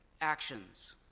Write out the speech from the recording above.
actions